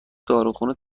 داروخونه